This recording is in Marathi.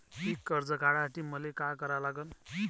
पिक कर्ज काढासाठी मले का करा लागन?